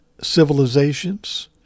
civilizations